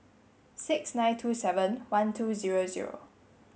six nine two seven one two zero zero